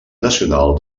nacional